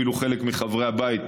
אפילו חלק מחברי הבית,